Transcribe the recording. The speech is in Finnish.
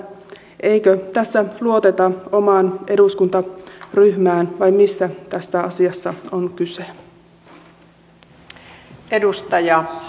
eikö tässä luoteta omaan eduskuntaryhmään vai mistä tässä asiassa on kyse